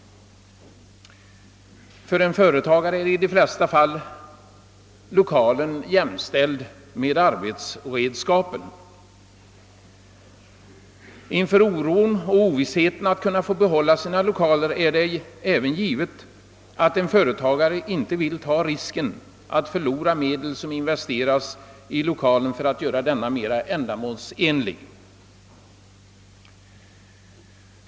För en företagare är i de flesta fall lokalen jämställd med arbetsredskapen. I oron och ovissheten inför möjligheten att ej få behålla sina lokaler är det även givet att en företagare inte vill riskera att förlora medel som investerats i lokalen för att göra denna mera ändamålsenlig.